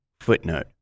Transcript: Footnote